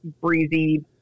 breezy